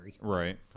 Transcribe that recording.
Right